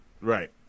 Right